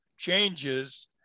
Changes